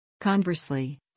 Conversely